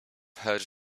heard